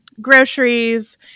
groceries